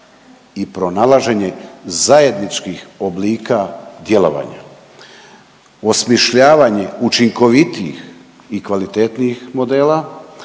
i pronalaženje zajedničkih oblika djelovanja, osmišljavanje učinkovitijih i kvalitetnijih modela,